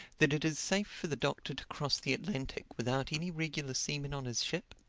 that it is safe for the doctor to cross the atlantic without any regular seamen on his ship?